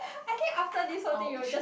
I bet after this whole thing you will just